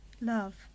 Love